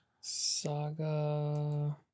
Saga